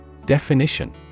Definition